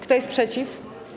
Kto jest przeciw?